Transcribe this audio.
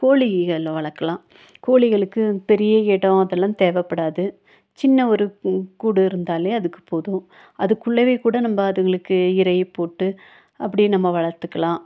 கோழிகளை வளர்க்கலாம் கோழிகளுக்கு பெரிய எடம் அதெல்லாம் தேவைப்படாது சின்ன ஒரு பூ கூடு இருந்தாலே அதுக்கு போதும் அதுக்குள்ளவே கூட நம்ம அதுங்களுக்கு இரை போட்டு அப்படியே நம்ம வளர்த்துக்கலாம்